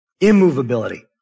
Immovability